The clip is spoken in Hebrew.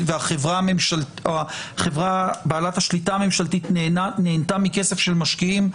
או החברה בעלת השליטה הממשלתית נהנתה מכסף של משקיעים.